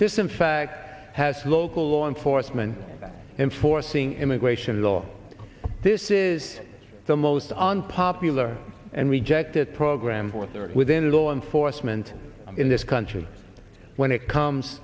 this in fact has local law enforcement that enforcing immigration law this is the most unpopular and rejected program for there within the law enforcement in this country when it comes